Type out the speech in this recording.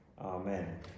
Amen